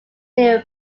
near